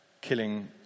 killing